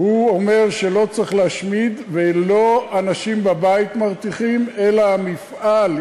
והוא אומר שלא צריך להשמיד ולא האנשים בבית מרתיחים אלא המפעל,